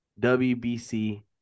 WBC